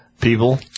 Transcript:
People